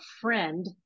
friend